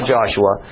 Joshua